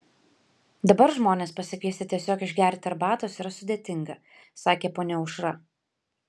dabar žmones pasikviesti tiesiog išgerti arbatos yra sudėtinga sakė ponia aušra